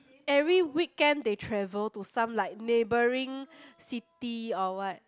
every weekend they travel to some like neighbouring cities or what